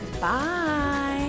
bye